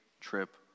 trip